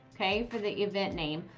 okay, for the event name.